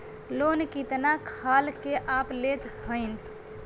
Loan कितना खाल के आप लेत हईन?